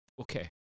okay